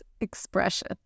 expression